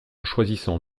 choisissant